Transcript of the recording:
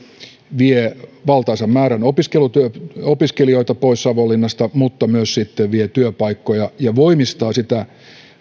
vie valtaisan määrän opiskelijoita pois savonlinnasta mutta vie myös sitten työpaikkoja ja voimistaa sitä